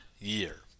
year